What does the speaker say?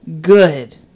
good